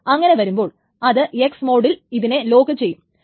അങ്ങനെ വരുമ്പോൾ അത് X മോഡിൽ ഇതിനെ ലോക്ക് ചെയ്യും